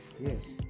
Yes